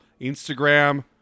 Instagram